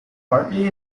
partly